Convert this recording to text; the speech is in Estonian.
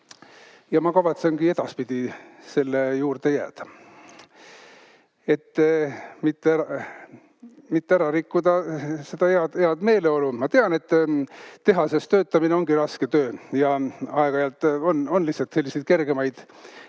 Ja ma kavatsen ka edaspidi selle juurde jääda, et mitte ära rikkuda seda head meeleolu. Ma tean, et tehases töötamine ongi raske töö. Ja aeg-ajalt on lihtsalt selliseid kergemaid hetki,